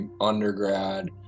undergrad